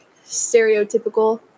stereotypical